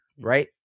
right